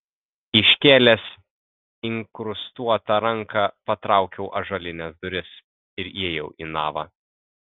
iškėlęs inkrustuotą ranką patraukiau ąžuolines duris ir įėjau į navą